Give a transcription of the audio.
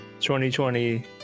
2020